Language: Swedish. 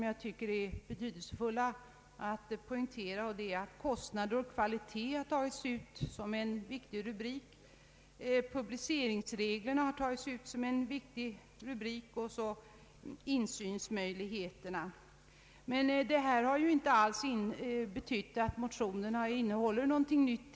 Jag tycker det är betydelsefullt att poängtera att kostnader och kvalitet i motionen satts som en rubrik. Samma gäller publiceringsregler och insynsmöjligheter. Detta innebär i alla fall inte att motionerna innehåller något nytt.